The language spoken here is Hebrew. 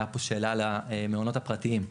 הייתה פה שאלה על המעונות הפרטיים,